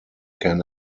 can